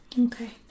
Okay